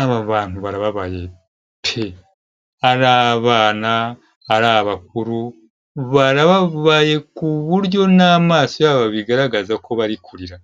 Aba bantu barababaye pe, ari abana, ari abakuru, barababaye ku buryo n'amaso yabo abigaragaza ko bari kurira,